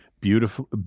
beautiful